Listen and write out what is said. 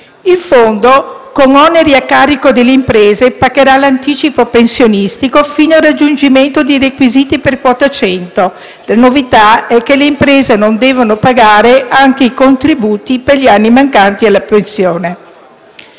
Il fondo, con oneri a carico delle imprese, pagherà l'anticipo pensionistico fino al raggiungimento dei requisiti per quota 100. La novità è che le imprese non devono pagare anche i contributi per gli anni mancanti alla pensione.